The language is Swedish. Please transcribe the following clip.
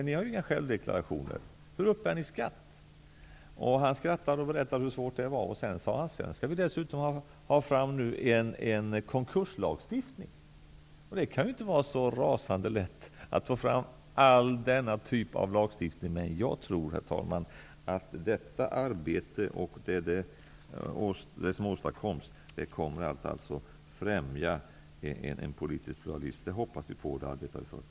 De har ju inga självdeklarationer. Hur uppbär de skatt? Han skrattade och berättade hur svårt det var. Vidare sade han att de dessutom skall få fram en konkurslagstiftning. Det kan inte vara så rasande lätt att få fram all denna typ av lagstiftning. Herr talman! Jag tror att det här arbetet kommer att främja en politisk pluralism. Vi hoppas på det, och vi arbetar för det.